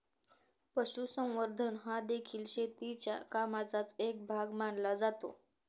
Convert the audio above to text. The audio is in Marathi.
पशुसंवर्धन हादेखील शेतीच्या कामाचाच एक भाग मानला जातो